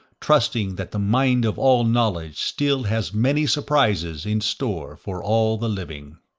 trusting that the mind of all knowledge still has many surprises in store for all the living